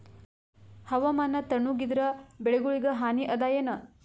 ಹವಾಮಾನ ತಣುಗ ಇದರ ಬೆಳೆಗೊಳಿಗ ಹಾನಿ ಅದಾಯೇನ?